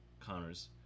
Connors